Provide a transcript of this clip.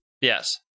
Yes